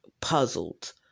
puzzled